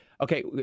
okay